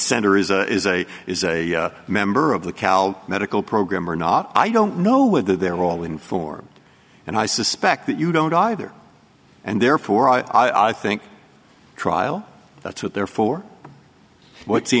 center is a is a is a member of the cal medical program or not i don't know whether they're all in for and i suspect that you don't either and therefore i i think trial that's what they're for what's the